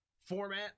format